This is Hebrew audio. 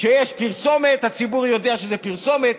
כשיש פרסומת, הציבור יודע שיש פרסומת.